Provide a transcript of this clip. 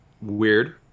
weird